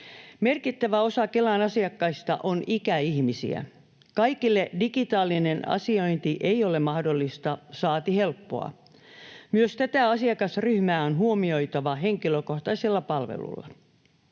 Merkittävä osa Kelan asiakkaista on ikäihmisiä. Kaikille digitaalinen asiointi ei ole mahdollista, saati helppoa. Myös tätä asiakasryhmää on huomioitava henkilökohtaisella palvelulla.